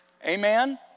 Amen